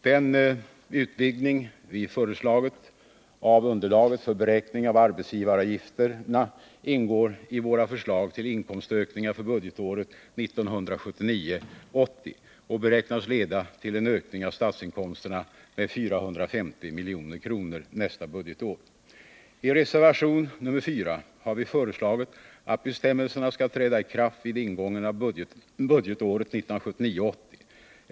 Den utvidgning vi föreslagit av underlaget för beräkning av arbetsgivaravgifterna ingår i våra förslag till inkomstökningar för budgetåret 1979 80.